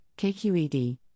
KQED